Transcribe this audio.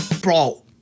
bro